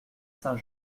saint